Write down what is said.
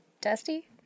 dusty